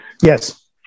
Yes